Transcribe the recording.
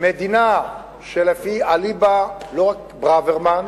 מדינה שאליבא לא רק ברוורמן,